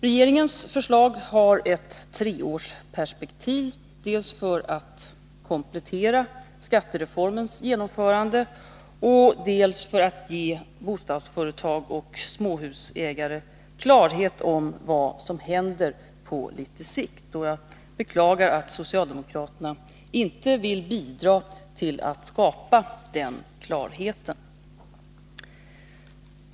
Regeringens förslag har ett treårsperspektiv dels för att komplettera skattereformens genomförande, dels för att ge bostadsföretag och småhusägare klarhet om vad som händer på litet sikt. Jag beklagar att socialdemokraterna inte vill bidra till att skapa den klarheten.